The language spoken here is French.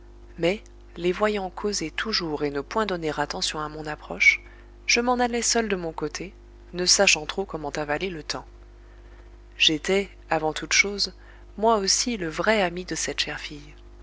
mais les voyant causer toujours et ne point donner attention à mon approche je m'en allai seul de mon côté ne sachant trop comment avaler le temps j'étais avant toutes choses moi aussi le vrai ami de cette chère fille